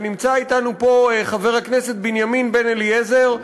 ונמצא אתנו פה חבר הכנסת בנימין בן-אליעזר,